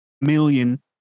million